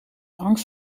angst